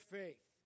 faith